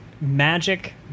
magic